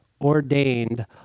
ordained